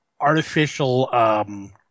artificial